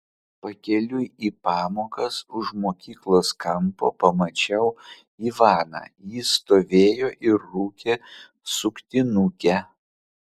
pakeliui į pamokas už mokyklos kampo pamačiau ivaną jis stovėjo ir rūkė suktinukę